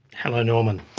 hello norman.